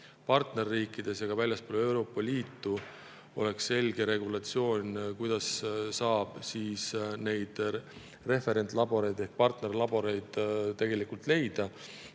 partnerriikides ja ka väljaspool Euroopa Liitu oleks selge regulatsioon, kuidas saab referentlaboreid ehk partnerlaboreid leida.